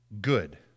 good